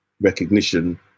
recognition